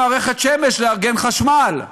מערכת שמש לארגן חשמל.